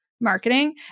marketing